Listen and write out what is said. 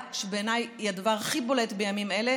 שבעיניי היא הדבר הכי בולט בימים אלה,